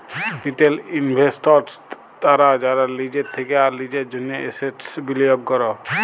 retail investors তারা যারা লিজের থেক্যে আর লিজের জন্হে এসেটস বিলিয়গ ক্যরে